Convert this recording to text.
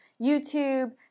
YouTube